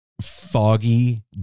foggy